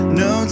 no